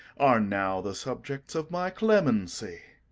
are now the subjects of my clemency.